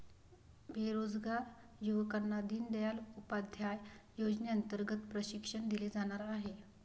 बेरोजगार युवकांना दीनदयाल उपाध्याय योजनेअंतर्गत प्रशिक्षण दिले जाणार आहे